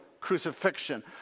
crucifixion